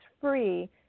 free